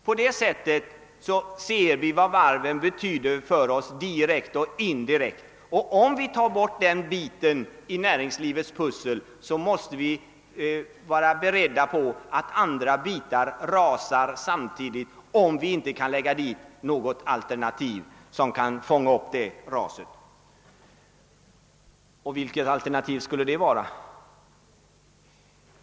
På det sättet ser vi vad varven betyder för oss direkt och indirekt. Och om vi tar bort den biten i näringslivets pussel måste vi vara beredda på att andra bitar samtidigt rasar, såvida vi inte kan lägga dit någon alternativ bit som fångar upp raset. Och vilket alternativ skulle det vara?